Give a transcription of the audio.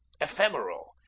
ephemeral